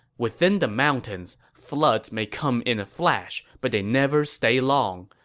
within the mountains, floods may come in a flash, but they never stay long.